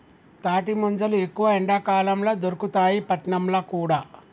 తాటి ముంజలు ఎక్కువ ఎండాకాలం ల దొరుకుతాయి పట్నంల కూడా